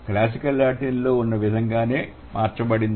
classical Latin లో ఉన్న విధంగా నే మార్చబడింది